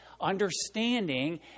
understanding